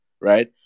right